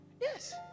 Yes